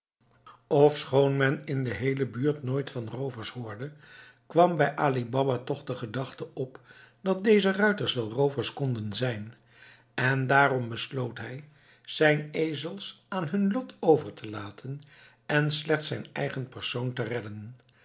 ofschoon men in de heele buurt nooit van roovers hoorde kwam bij ali baba toch de gedachte op dat deze ruiters wel roovers konden zijn en daarom besloot hij zijn ezels aan hun lot over te laten en slechts zijn eigen persoon te redden